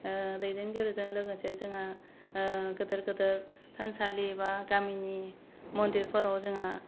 दैदेनिगिरजों लोगोसे जोंहा गेदेर गेदेर थानसालि बा गामिनि मन्दिरफोराव जोंहा